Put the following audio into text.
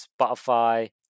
spotify